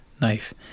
knife